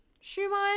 schumann